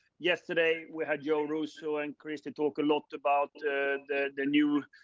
yesterday, we had joe russo and christy talk a lot about the new,